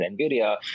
nvidia